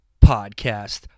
Podcast